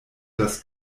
das